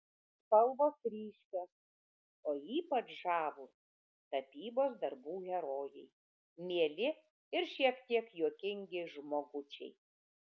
spalvos ryškios o ypač žavūs tapybos darbų herojai mieli ir šiek tiek juokingi žmogučiai